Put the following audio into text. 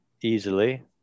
easily